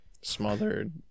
Smothered